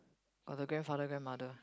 or the grandfather grandmother